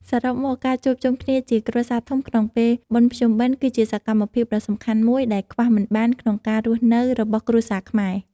សរុបមក ការជួបជុំគ្នាជាគ្រួសារធំក្នុងពេលបុណ្យភ្ជុំបិណ្ឌគឺជាសកម្មភាពដ៏សំខាន់មួយដែលខ្វះមិនបានក្នុងការរស់នៅរបស់គ្រួសារខ្មែរ។